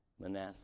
Manasseh